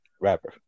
Rapper